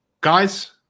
guys